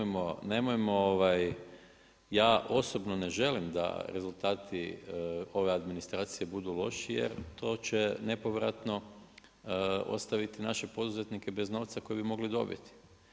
Ja osobno ne želim da rezultati ove administracije budu loši jer to će nepovratno ostaviti naše poduzetnike bez novca koji bi mogli dobiti.